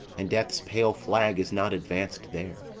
and death's pale flag is not advanced there.